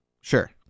Sure